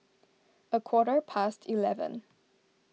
a quarter past eleven